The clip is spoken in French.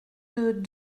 deux